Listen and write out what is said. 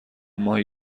ماهی